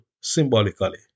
symbolically